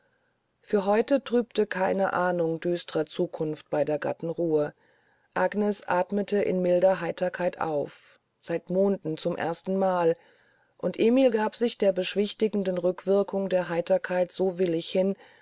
für heute trübte keine ahnung düst'rer zukunft beider gatten ruhe agnes athmete in milder heiterkeit auf seit monden zum erstenmale und emil gab sich der beschwichtigenden rückwirkung dieser heiterkeit so willig hin